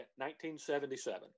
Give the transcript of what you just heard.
1977